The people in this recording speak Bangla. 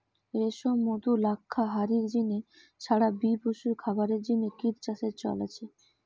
রেশম, মধু, লাক্ষা হারির জিনে ছাড়া বি পশুর খাবারের জিনে কিট চাষের চল আছে